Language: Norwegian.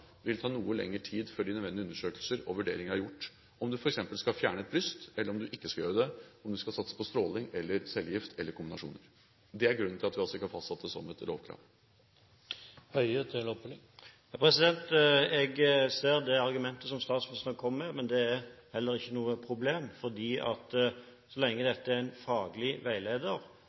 vil ta noe lengre tid før de nødvendige undersøkelser og vurderinger er gjort – om du f.eks. skal fjerne et bryst, eller om du ikke skal gjøre det, om du skal satse på stråling eller cellegift eller kombinasjoner. Det er grunnen til at vi ikke har fastsatt det som et lovkrav. Jeg ser det argumentet som statsministeren kommer med. Men det er heller ikke noe problem, for så lenge dette er en faglig veileder,